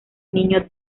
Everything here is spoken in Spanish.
niño